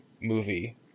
movie